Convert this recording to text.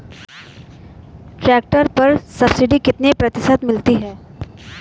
Tractor पर subsidy कितने प्रतिशत मिलती है?